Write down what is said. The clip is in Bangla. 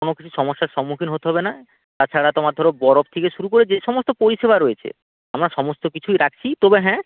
কোনও কিছু সমস্যার সম্মুখীন হতে হবে না তাছাড়া তোমার ধরো বরফ থেকে শুরু করে যে সমস্ত পরিষেবা রয়েছে আমরা সমস্ত কিছুই রাখছি তবে হ্যাঁ